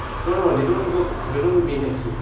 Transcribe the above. no no they don't work they don't do midnight shift